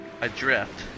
adrift